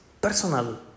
personal